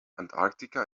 antarktika